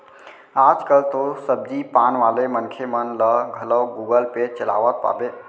आज कल तो सब्जी पान वाले मनखे मन ल घलौ गुगल पे चलावत पाबे